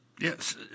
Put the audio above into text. Yes